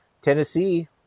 Tennessee